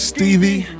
Stevie